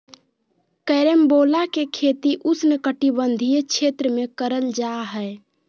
carambola के खेती उष्णकटिबंधीय क्षेत्र में करल जा हय